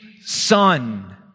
son